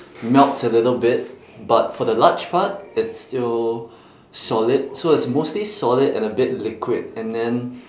melts a little bit but for the large part it's still solid so it's mostly solid and a bit liquid and then